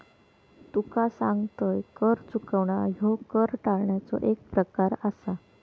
तुका सांगतंय, कर चुकवणा ह्यो कर टाळण्याचो एक प्रकार आसा